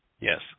Yes